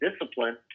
discipline